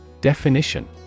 Definition